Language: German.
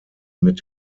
mit